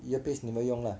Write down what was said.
earpiece 你没有用啦